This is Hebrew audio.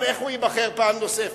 איך הוא ייבחר פעם נוספת?